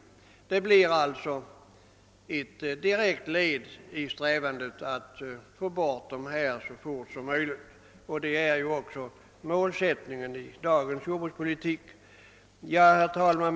Det blir alltså ett direkt led i strävandena att få bort dessa mindre enheter så fort som möjligt. Det är ju också målsättningen i dagens jordbrukspolitik. Herr talman!